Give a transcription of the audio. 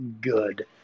good